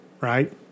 right